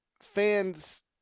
fans